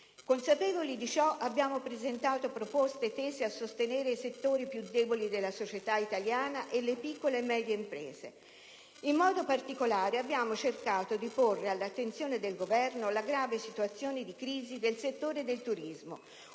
Consapevoli di ciò, abbiamo presentato proposte tese a sostenere i settori più deboli della società italiana e le piccole e medie imprese. In modo particolare abbiamo cercato di porre all'attenzione del Governo la grave situazione di crisi del settore del turismo,